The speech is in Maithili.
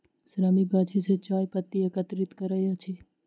श्रमिक गाछी सॅ चाय पत्ती एकत्रित करैत अछि